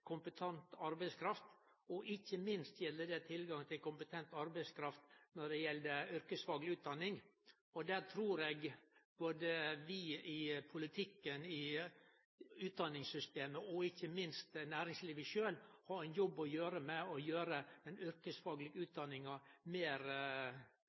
kompetent arbeidskraft, ikkje minst når det gjeld yrkesfagleg utdanning. Der trur eg vi i politikken, utdanningssystemet og ikkje minst næringslivet sjølv har ein jobb å gjere med å gjere den yrkesfaglege utdanninga meir anerkjent og gje ho høgare prestisje, slik at vi rekrutterer dyktige folk til yrkesfagleg utdanning. Ein